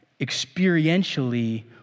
experientially